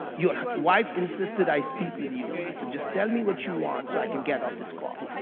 your wife insisted i speak with you, so just tell me what you want so i can get off this call.